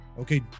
okay